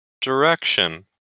direction